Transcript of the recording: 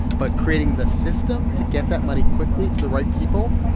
but creating the system to get that money quickly to the right people,